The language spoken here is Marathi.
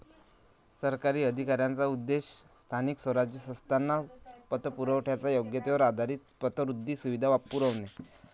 सरकारी अधिकाऱ्यांचा उद्देश स्थानिक स्वराज्य संस्थांना पतपुरवठ्याच्या योग्यतेवर आधारित पतवृद्धी सुविधा पुरवणे